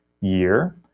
year